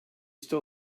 still